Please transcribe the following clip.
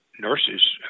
nurses